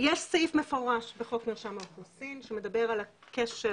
יש סעיף מפורש בחוק מרשם האוכלוסין שמדבר על הקשר